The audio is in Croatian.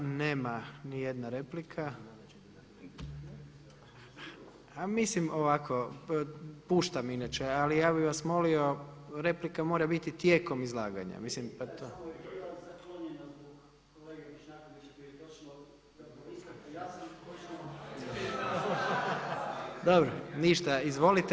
Nema nijedna replika. … [[Upadica se ne razumije.]] Mislim ovako, puštam inače ali ja bih vas molio replika mora biti tijekom izlaganja. … [[Upadica se ne razumije.]] Ništa, izvolite.